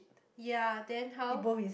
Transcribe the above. ya then how